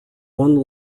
one